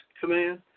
Command